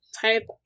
Type